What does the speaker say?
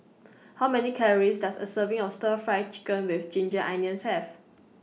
How Many Calories Does A Serving of Stir Fry Chicken with Ginger Onions Have